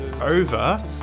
over